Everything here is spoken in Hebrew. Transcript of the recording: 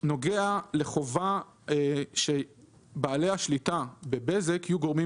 נוגע לחובה שבעלי השליטה בבזק יהיו גורמים